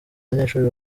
banyeshuri